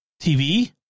TV